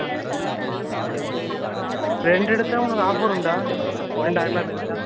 ஆ சரி ரெண்டு எடுத்தால் ஒன்று ஆஃபர் உண்டா ரெண்டு அயன் பாக்ஸ் எடுத்தால்